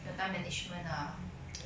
your time management ah